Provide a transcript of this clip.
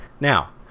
now